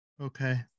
Okay